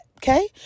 Okay